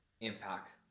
impact